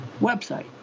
website